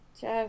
Jeff